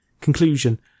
conclusion